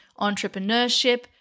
entrepreneurship